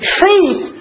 truth